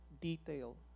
detail